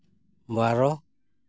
ᱵᱟᱨᱚ